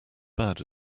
bad